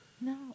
No